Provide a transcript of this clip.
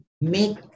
make